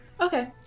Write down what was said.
Okay